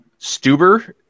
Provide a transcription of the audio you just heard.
stuber